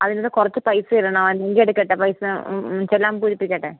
അതിനുടെ കുറച്ചു പൈസ ഇടണം ലിൻറ്റ് എടുക്കട്ടെ പൈസ ചെല്ലാനം പൂരിപ്പിക്കട്ടെ